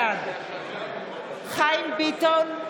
בעד חיים ביטון,